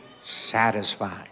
satisfied